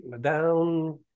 Down